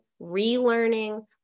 relearning